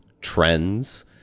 trends